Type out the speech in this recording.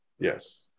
Yes